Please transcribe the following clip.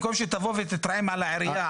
במקומות אחרים --- במקום שתבוא ותתרעם על העירייה,